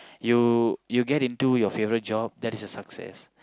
you you get into your favourite job that is a success